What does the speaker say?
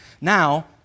Now